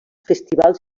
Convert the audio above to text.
festivals